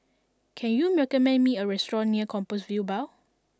can you recommend me a restaurant near Compassvale Bow